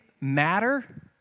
matter